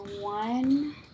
one